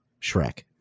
shrek